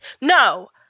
No